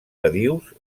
badius